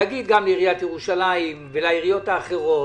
לומר גם לעיריית ירושלים וגם לעיריות האחרות